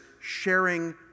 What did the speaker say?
Sharing